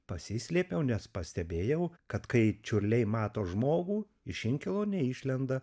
pasislėpiau nes pastebėjau kad kai čiurliai mato žmogų iš inkilo neišlenda